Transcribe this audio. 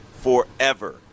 forever